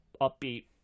upbeat